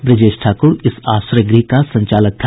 ब्रजेश ठाकुर इस आश्रयगृह का संचालक था